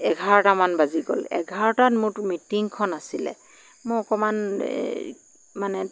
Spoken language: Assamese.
এঘাৰটা মান বাজি গ'ল এঘাৰটাত মোৰতো মিটিঙখন আছিলে মোৰ অকণমান মানে